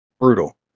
brutal